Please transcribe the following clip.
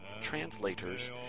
Translators